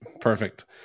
Perfect